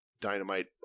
dynamite